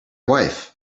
wife